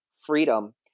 freedom